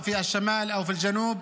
אם בצפון ואם בדרום.